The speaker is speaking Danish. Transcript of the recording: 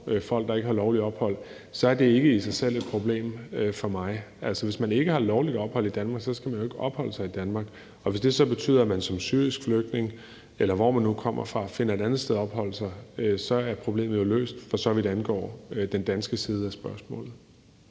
folk, der ikke har lovligt ophold, så er det ikke i sig selv et problem for mig. Altså, hvis man ikke har lovligt ophold i Danmark, skal man jo ikke opholde sig i Danmark, og hvis det så betyder, at man som syrisk flygtning, eller hvor man nu kommer fra, finder et andet sted at opholde sig, så er problemet jo løst, for så vidt angår den danske side af spørgsmålet.